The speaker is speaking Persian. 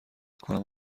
کنم